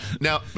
Now